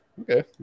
Okay